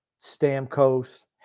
Stamkos